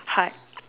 hard